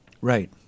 Right